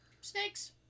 Snakes